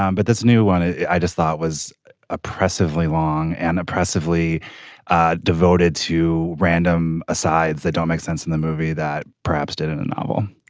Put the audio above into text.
um but this new one i just thought was oppressively long and oppressively ah devoted to random asides that don't make sense in the movie that perhaps did in the novel.